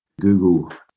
Google